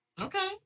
Okay